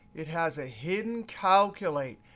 it has a hidden calculate.